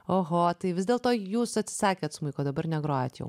oho tai vis dėlto jūs atsisakėt smuiko dabar negrojat jau